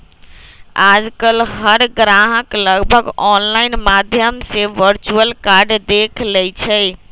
आजकल हर ग्राहक लगभग ऑनलाइन माध्यम से वर्चुअल कार्ड देख लेई छई